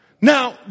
Now